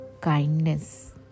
kindness